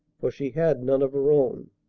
for she had none of her own.